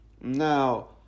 Now